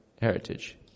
heritage